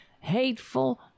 hateful